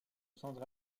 centre